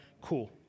Cool